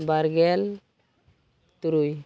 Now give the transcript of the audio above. ᱵᱟᱨᱜᱮᱞ ᱛᱩᱨᱩᱭ